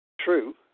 True